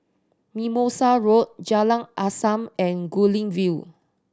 Mimosa Road Jalan Azam and Guilin View